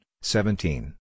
seventeen